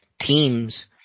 teams